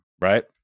right